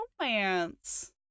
romance